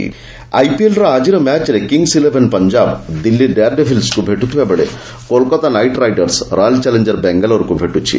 IPL cricket ଆଇପିଏଲ୍ର ଆଜିର ମ୍ୟାଚ୍ରେ Kings Eleven Punjab Delhi Dare ଡେଭିଲ୍ସ୍କୁ ଭେଟୁଥିବାବେଳେ Kolkata Knight Riders Royal Challenger ବାଙ୍ଗାଲୋର୍କୁ ଭେଟୁଛି